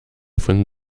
von